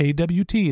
AWT